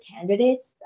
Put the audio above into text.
candidates